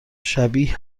شبیه